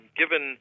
given